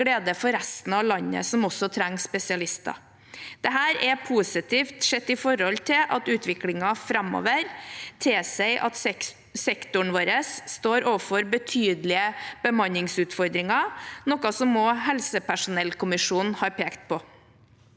til glede for resten av landet, som også trenger spesialister. Dette er positivt med tanke på at utviklingen framover tilsier at sektoren står overfor betydelige bemanningsutfordringer, noe også helsepersonellkommisjonen har pekt på.